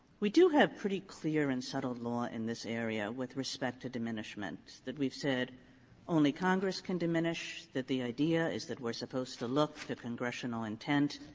we do have pretty clear and settled law in this area with respect to diminishment, that we've said only congress can diminish, diminish, that the idea is that we're supposed to look to congressional intent.